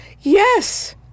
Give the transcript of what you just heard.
Yes